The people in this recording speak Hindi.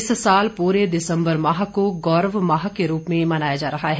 इस साल पूरे दिसंबर माह को गौरव माह के रूप में मनाया जा रहा है